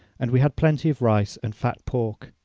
and we had plenty of rice and fat pork.